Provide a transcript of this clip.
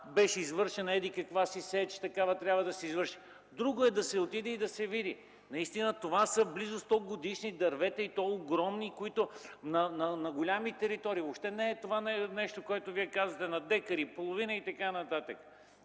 беше извършена еди-каква си сеч, такава трябва да се извърши, а е друго да се отиде и да се види. Това са близо 100-годишни дървета и то огромни, които са на големи територии, въобще не е това, което Вие казвате – на декар и половина и така нататък.